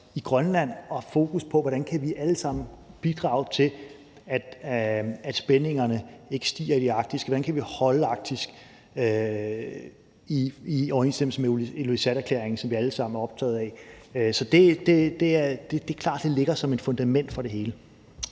at have fokus på, hvordan vi alle sammen kan bidrage til, at spændingerne ikke stiger i Arktis. Hvordan kan vi bibeholde Arktis i overensstemmelse med Ilulissaterklæringen, som vi alle sammen er optaget af? Så det er klart, at det ligger som et fundament for det hele.